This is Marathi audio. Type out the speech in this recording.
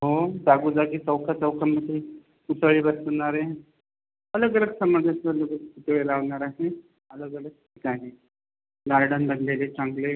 हो जागोजागी चौकाचौकामध्ये पुतळे बसवनारे अलग अलग समाजाचे पुतळे लावनार आहेत अलग अलग ज्ञानी गार्डन लगलेले चांगले